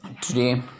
today